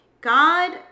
God